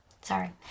sorry